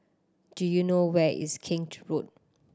do you know where is Kent Road